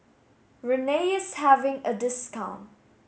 Rene is having a discount